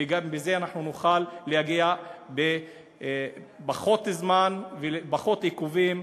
וגם לזה נוכל להגיע בפחות זמן ובפחות עיכובים.